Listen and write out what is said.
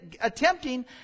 Attempting